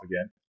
again